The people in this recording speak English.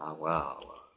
wow,